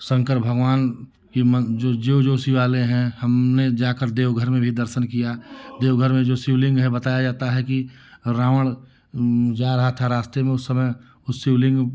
शंकर भगवान के मन जो जो शिवालय हैं हम उन्हें जा कर देवघर में भी दर्शन किया देवघर में जो शिव लिंग है बताया जाता है कि रावण जा रहा था रास्ते में उस समय उस शिवलिंग